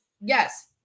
Yes